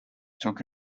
took